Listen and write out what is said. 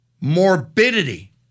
morbidity